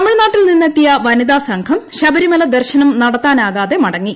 തമിഴ്നാട്ടിൽ നിന്നെത്തിയ വനിതാ സംഘം ശബരിമല ദർശനം നടത്താനാകാതെ മടങ്ങി